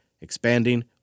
expanding